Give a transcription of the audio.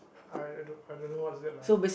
I I don't know what is that lah